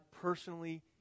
personally